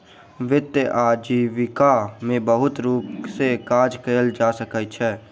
वित्तीय आजीविका में बहुत रूप सॅ काज कयल जा सकै छै